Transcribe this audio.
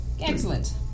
Excellent